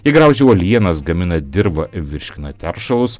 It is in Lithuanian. jie graužia uolienas gamina dirvą ir virškina teršalus